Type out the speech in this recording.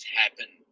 happen